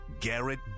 Garrett